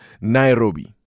Nairobi